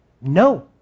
no